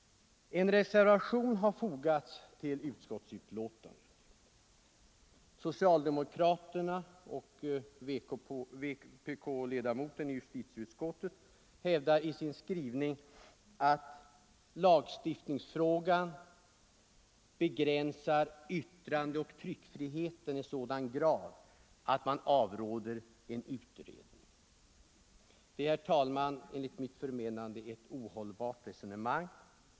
En reservation har fogats till utskottsbetänkandet. Socialdemokraterna och vpk-ledamoten i justitieutskottet hävdar i sin skrivning att en lagstiftning i denna fråga skulle begränsa yttrandeoch tryckfrihet i sådan grad att man avstyrker en utredning. Det är, herr talman, enligt mitt förmenande ett ohållbart resonemang.